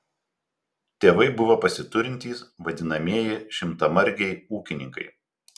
tėvai buvo pasiturintys vadinamieji šimtamargiai ūkininkai